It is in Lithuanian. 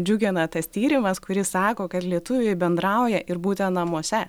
džiugina tas tyrimas kuris sako kad lietuviai bendrauja ir būtent namuose